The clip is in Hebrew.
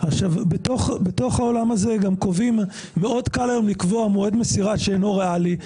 בתוך העולם הזה גם מאוד קל היום לקבוע מועד מסירה שאינו ריאלי.